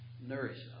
nourish